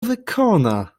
wykona